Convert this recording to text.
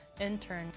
intern